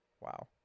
wow